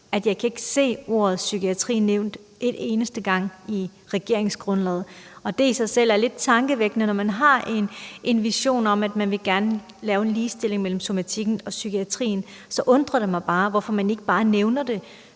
at jeg ikke kan se ordet psykiatri nævnt en eneste gang i regeringsgrundlaget. Og det er i sig selv lidt tankevækkende, når man har en vision om, at man gerne vil lave en ligestilling mellem somatikken og psykiatrien. Så det undrer mig, hvorfor man ikke bare nævner det.